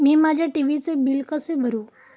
मी माझ्या टी.व्ही चे बिल कसे भरू?